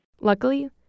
Luckily